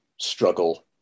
struggle